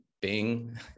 Bing